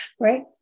right